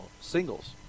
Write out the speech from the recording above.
singles